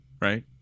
Right